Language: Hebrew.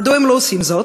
מדוע הם לא עושים זאת?